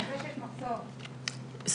נדחה או לא נדחה,